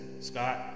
Scott